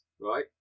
right